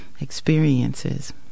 experiences